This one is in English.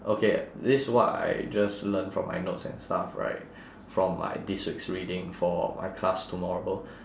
okay this is what I just learnt from my notes and stuff right from my this week's reading for my class tomorrow